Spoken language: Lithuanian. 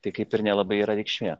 tai kaip ir nelabai yra reikšmė